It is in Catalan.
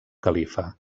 califa